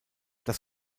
das